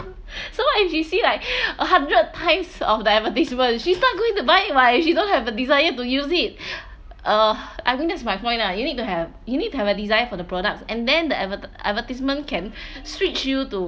so what if she see like a hundred times of the advertisement she's not going to buy it right she don't have a desire to use it uh I think that's my point lah you need to have you need to have a desire for the products and then the advert~ advertisement can switch you to